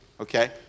okay